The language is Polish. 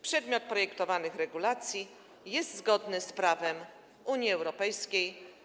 Przedmiot projektowanych regulacji jest zgodny z prawem Unii Europejskiej.